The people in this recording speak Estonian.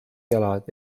jalad